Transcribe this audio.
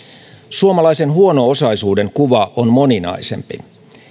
suomalaisen huono osaisuuden kuva on moninaisempi